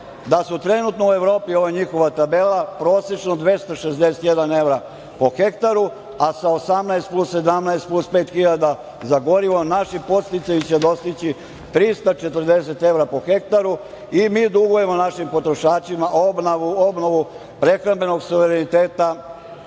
trenutno su u Evropi, ovo je njihova tabela, prosečno 261 evro po hektaru, a sa 18 plus 17 plus 5.000 za gorivo naši podsticaji će dostići 340 evra po hektaru i mi dugujemo našim potrošačima obnovu prehrambenog suvereniteta